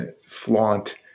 flaunt